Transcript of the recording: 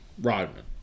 Rodman